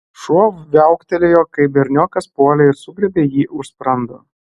šuo viauktelėjo kai berniokas puolė ir sugriebė jį už sprando